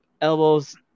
elbows